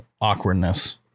awkwardness